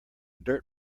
dirt